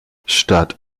statt